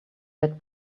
let